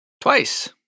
Twice